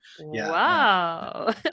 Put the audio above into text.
Wow